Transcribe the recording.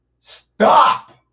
stop